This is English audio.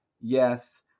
yes